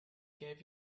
gave